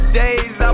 days